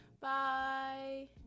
Bye